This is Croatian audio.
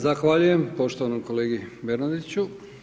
Zahvaljujem poštovanom kolegi Bernardiću.